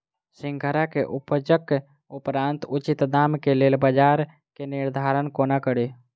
सिंघाड़ा केँ उपजक उपरांत उचित दाम केँ लेल बजार केँ निर्धारण कोना कड़ी?